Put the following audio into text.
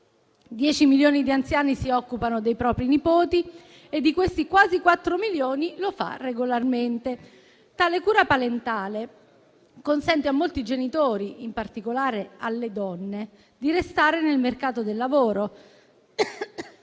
10 milioni di anziani si occupano dei propri nipoti e di questi quasi 4 milioni lo fa regolarmente. Tale cura parentale consente a molti genitori, in particolare alle donne, di restare nel mercato del lavoro